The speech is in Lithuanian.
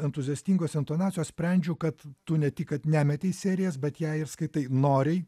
entuziastingos intonacijos sprendžiu kad tu ne tik kad nemetei serijas bet ją ir skaitai noriai